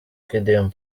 kidum